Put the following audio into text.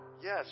Yes